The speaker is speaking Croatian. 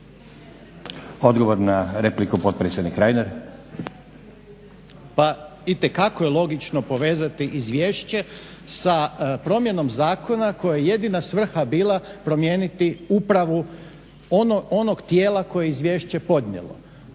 Odgovor na repliku, potpredsjednik Reiner. **Reiner, Željko (HDZ)** Pa itekako je logično povezati izvješće sa promjenom zakona kojem je jedina svrha bila promijeniti upravu onog tijela koje je izvješće podnijelo.